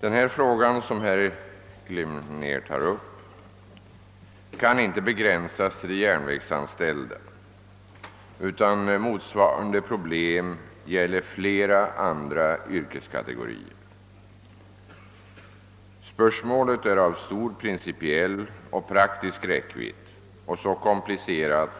Den fråga som herr Glimnér tar upp kan inte begränsas till de järnvägsanställda utan motsvarande problem gäller flera andra yrkeskategorier. Spörsmålet är av stor principiell och praktisk räckvidd och så komplicerat